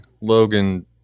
Logan